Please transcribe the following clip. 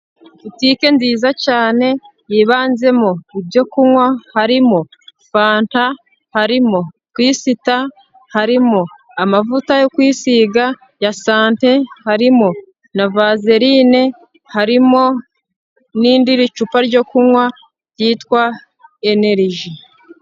Butike nziza cyane yibanzemo ibyo kunywa harimo fanta, harimo twisita, harimo amavuta yo kwisiga ya sante, harimo na vaserine, harimo n'irindi cupa ryo kunywa ryitwa eneriji.